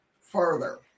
further